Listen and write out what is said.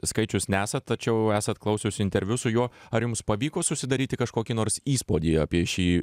skaičius nesat tačiau esat klausius interviu su juo ar jums pavyko susidaryti kažkokį nors įspūdį apie šį